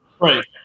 Right